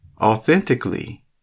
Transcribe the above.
authentically